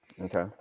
Okay